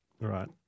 Right